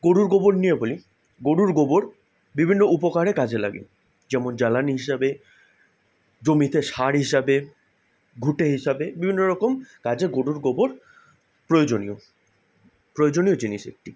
গরুর গোবর নিয়ে বলি গরুর গোবর বিভিন্ন উপকারে কাজে লাগে যেমন জ্বালানি হিসাবে জমিতে সার হিসাবে ঘুঁটে হিসাবে বিভিন্ন রকম কাজে গরুর গোবর প্রয়োজনীয় প্রয়োজনীয় জিনিস একটি